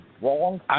wrong